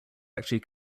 actually